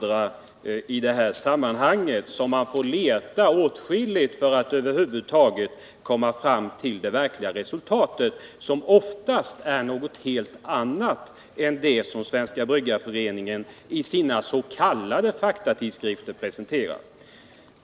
Man får leta åtskilligt för att komma fram till det verkliga resultatet, som oftast är ett helt annat än det som Svenska bryggareföreningen i sina s.k. faktatidskrifter presenterar.